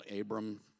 Abram